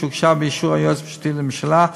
שהוגשה באישור היועץ המשפטי לממשלה,